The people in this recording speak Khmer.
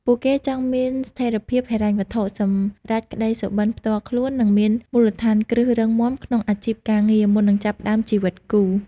ពួកគេចង់មានស្ថិរភាពហិរញ្ញវត្ថុ សម្រេចក្ដីសុបិនផ្ទាល់ខ្លួន និងមានមូលដ្ឋានគ្រឹះរឹងមាំក្នុងអាជីពការងារ មុននឹងចាប់ផ្ដើមជីវិតគូ។